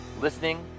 listening